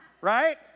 right